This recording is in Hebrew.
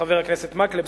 חבר הכנסת מקלב.